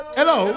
Hello